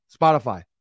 Spotify